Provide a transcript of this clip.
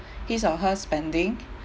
his or her spending